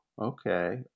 Okay